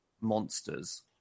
monsters